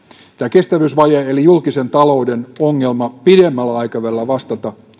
kestävyysvaje eli julkisen talouden ongelma pidemmällä aikavälillä vastata